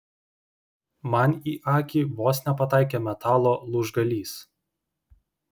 man į akį vos nepataikė metalo lūžgalys